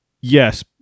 Yes